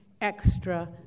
extra